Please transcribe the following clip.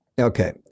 Okay